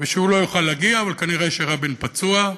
ושהוא לא יוכל להגיע, ושכנראה רבין פצוע.